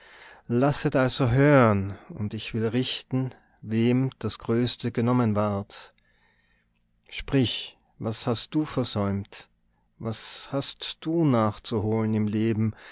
lasset also hören und ich will richten wem das größte genommen ward sprich was hast du versäumt was hast du nachzuholen im leben